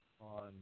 on